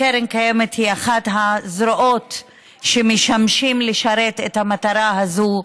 קרן קיימת היא אחת הזרועות שמשמשות לשרת את המטרה הזאת.